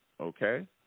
Okay